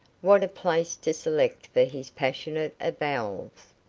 what a place to select for his passionate avowals.